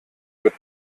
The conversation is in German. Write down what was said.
wird